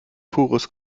pures